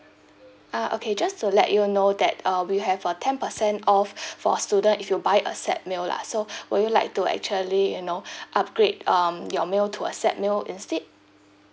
ah okay just to let you know that uh we have a ten percent off for student if you buy a set meal lah so will you like to actually you know upgrade um your meal to a set meal instead